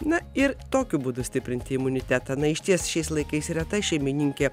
na ir tokiu būdu stiprinti imunitetą na išties šiais laikais reta šeimininkė